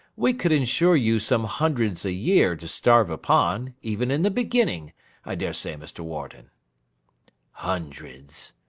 we could ensure you some hundreds a-year to starve upon, even in the beginning i dare say, mr. warden hundreds,